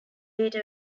data